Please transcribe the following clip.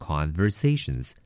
Conversations